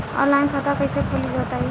Online खाता कइसे खोली बताई?